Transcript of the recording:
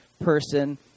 person